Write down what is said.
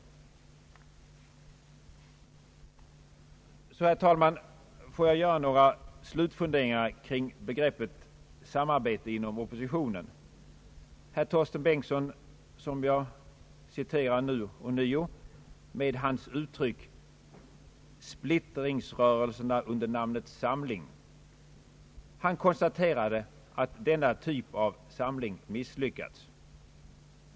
Får jag, herr talman, göra några avslutande funderingar över temat samarbete i oppositionen. Herr Torsten Bengtson, som jag ånyo citerar, talade om »splittringsrörelserna under namnet samling» och konstaterade att denna typ av samling har misslyckats.